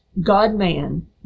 God-man